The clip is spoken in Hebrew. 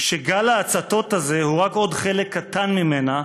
שגל ההצתות הזה הוא רק עוד חלק קטן ממנה,